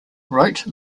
rote